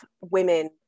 women